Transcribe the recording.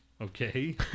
Okay